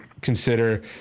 consider